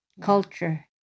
culture